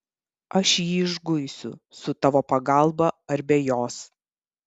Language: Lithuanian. aš jį išguisiu su tavo pagalba arba be jos